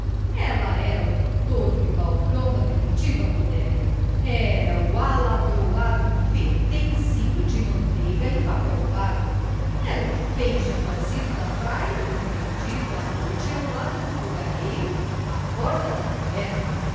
ela era o torpe balcão da primitiva bodega era o aladroado vintenzinho de manteiga em papel pardo era o peixe trazido da praia e vendido à noite ao lado do fogareiro à porta da taberna